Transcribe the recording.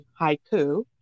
haiku